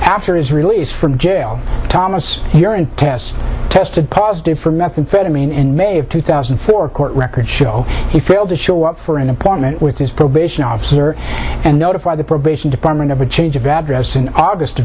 after his release from jail thomas hearing tests tested positive for methamphetamine in may of two thousand and four court records show he failed to show up for an appointment with his probation officer and notify the probation department of a change of address in august of